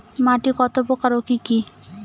মাটি কতপ্রকার ও কি কী?